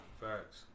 Facts